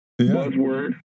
Buzzword